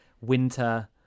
winter